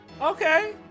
okay